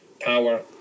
power